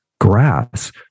grass